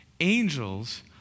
angels